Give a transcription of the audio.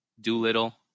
Doolittle